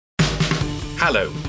Hello